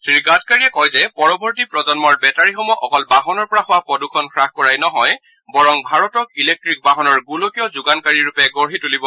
শ্ৰীগাডকাৰীয়ে কয় যে পৰৱৰ্তী প্ৰজন্মৰ বেটাৰীসমূহে অকল বাহনৰ পৰা হোৱা প্ৰদুষণ হ্ৰাস কৰাই নহয় বৰং ভাৰতক ইলেকট্ৰিক বাহনৰ গোলকীয় যোগানকাৰীৰূপে গঢ়ি তুলিব